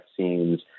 vaccines